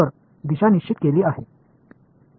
तर दिशा निश्चित केली आहे